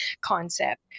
concept